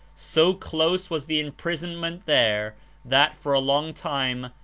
so close was the imprisonment there that, for a long time,